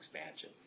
expansion